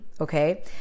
okay